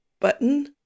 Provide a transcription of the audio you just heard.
button